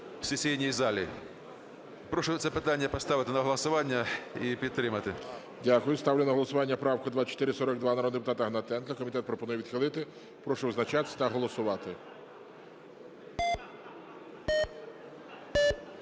Дякую. Ставиться на голосування правка 2454 народного депутата Павленка. Комітет пропонує відхилити. Прошу визначатися та голосувати.